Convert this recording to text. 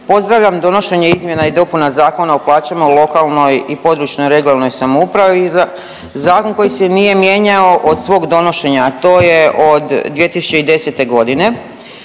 pozdravljam donošenje izmjena i dopuna Zakona o plaćama u lokalnoj i područnoj (regionalnoj) samoupravi, zakon koji se nije mijenjao od svog donošenja, a to je od 2010. g.